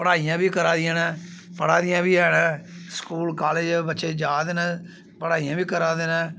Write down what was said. पढ़ाइयां बी करा दियां न पढ़ा दियां बी हैन स्कूल कालेज बच्चे जा दे न पढ़ाइयां बी करा दे न